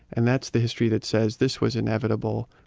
and that's the history that says, this was inevitable,